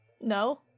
No